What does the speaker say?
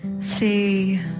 See